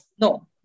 No